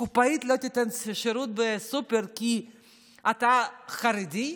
קופאית לא תיתן שירות בסופר כי אתה חרדי,